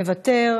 מוותר,